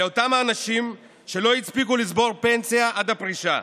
אלה אותם האנשים שלא הספיקו לצבור פנסיה עד הפרישה,